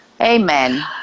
Amen